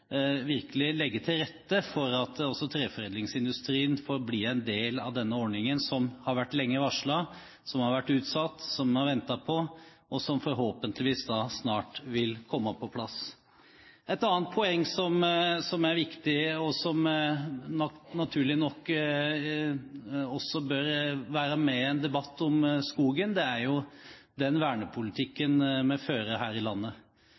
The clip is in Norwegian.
legge til rette for at også treforedlingsindustrien får bli en del av denne ordningen, som lenge har vært varslet, som har vært utsatt, som man har ventet på, og som forhåpentligvis snart vil komme på plass. Et annet poeng som er viktig, og som naturlig nok også bør være med i en debatt om skogen, er den vernepolitikken vi fører her i landet.